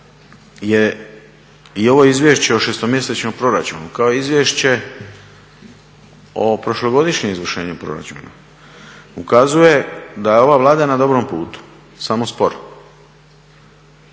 i ovo izvješće o šestomjesečnom proračunu kao izvješće o prošlogodišnjem izvršenju proračuna, ukazuje da je ova Vlada na dobrom putu, samo sporo.